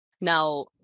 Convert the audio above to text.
Now